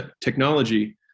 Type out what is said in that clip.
technology